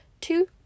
two